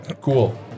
Cool